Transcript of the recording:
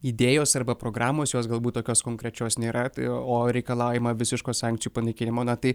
idėjos arba programos jos galbūt tokios konkrečios nėra tai o reikalaujama visiško sankcijų panaikinimo na tai